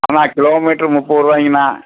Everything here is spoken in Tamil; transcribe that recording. அண்ணா கிலோமீட்ரு முப்பது ரூவாயிங்கண்ணா